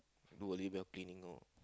do a cleaning orh